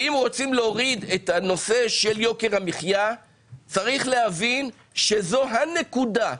ואם רוצים להוריד את הנושא של יוקר המחיה צריך להבין זו ה-נקודה.